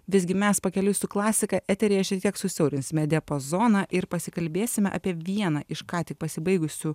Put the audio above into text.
visgi mes pakeliui su klasika eteryje šiek tiek susiaurinsime diapazoną ir pasikalbėsime apie vieną iš ką tik pasibaigusių